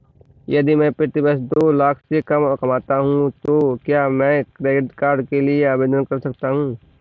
यदि मैं प्रति वर्ष दो लाख से कम कमाता हूँ तो क्या मैं क्रेडिट कार्ड के लिए आवेदन कर सकता हूँ?